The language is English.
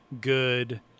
good